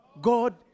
God